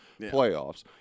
playoffs